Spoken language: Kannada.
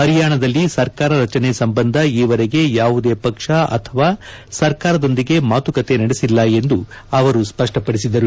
ಹರಿಯಾಣದಲ್ಲಿ ಸರ್ಕಾರ ರಚನೆ ಸಂಬಂಧ ಈವರೆಗೆ ಯಾವುದೇ ಪಕ್ಷ ಅಥವಾ ಸರ್ಕಾರದೊಂದಿಗೆ ಮಾತುಕತೆ ನಡೆಸಿಲ್ಲ ಎಂದು ಅವರು ಸ್ಪಷ್ಟಪಡಿಸಿದರು